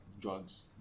drugs